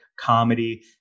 comedy